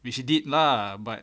which she did lah but